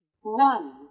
one